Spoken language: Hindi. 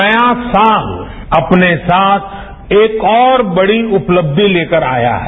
नया साल अपने साथ एक और बड़ी उपलब्धि लेकर आया है